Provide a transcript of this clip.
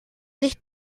sich